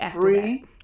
free